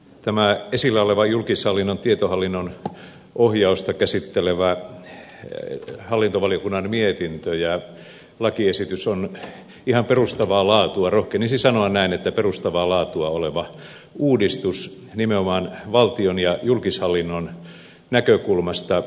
tämä esillä oleva julkishallinnon tietohallinnon ohjausta käsittelevä hallintovaliokunnan mietintö ja lakiesitys ovat rohkenisin sanoa ihan perustavaa laatua oleva uudistus nimenomaan valtion ja julkishallinnon näkökulmasta